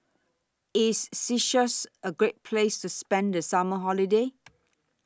IS Seychelles A Great Place to spend The Summer Holiday